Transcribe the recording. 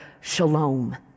shalom